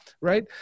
Right